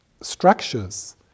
structures